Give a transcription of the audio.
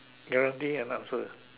guarantee an answer